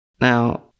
Now